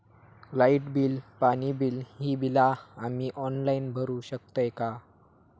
Light bill, पाणी bill, ही बिला आम्ही ऑनलाइन भरू शकतय का?